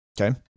Okay